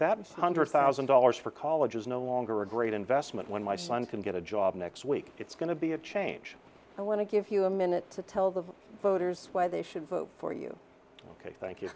it's hundred thousand dollars for college is no longer a great investment when my son can get a job next week it's going to be a change i want to give you a minute to tell the voters why they should vote for you ok thank you